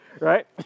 Right